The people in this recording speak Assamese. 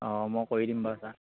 অঁ মই কৰি দিম বাৰু ছাৰ